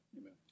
Amen